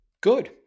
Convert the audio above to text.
Good